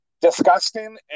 disgusting